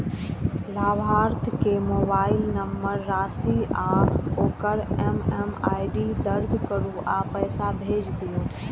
लाभार्थी के mobile number, राशि आ ओकर एम.एम.आई.डी दर्ज करू आ पैसा भेज दियौ